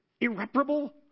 irreparable